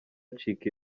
acika